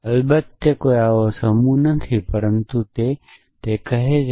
અલબત્ત તે કોઈ આવો સમૂહ નથી પરંતુ તે તે કહે છે